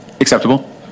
Acceptable